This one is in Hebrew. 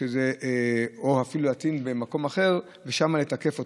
או אפילו להטעין במקום אחר ושם לתקף אותו.